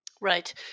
Right